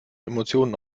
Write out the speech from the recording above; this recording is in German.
emotionen